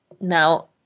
Now